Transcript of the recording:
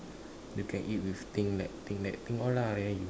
you can eat with think like think like think all lah and